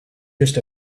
just